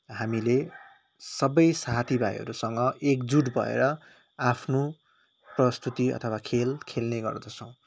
हामीले सबै साथी भाइहरूसँग एकजुट भएर आफ्नो प्रस्तुति अथवा खेल खेल्ने गर्दछौँ